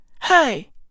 Hey